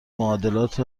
معادلات